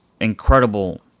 incredible